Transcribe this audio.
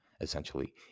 essentially